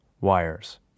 wires